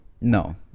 No